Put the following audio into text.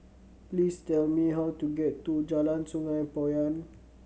please tell me how to get to Jalan Sungei Poyan